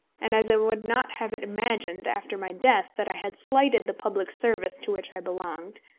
and as i would not have it imagined after my death that i had slighted the public service to which i belonged,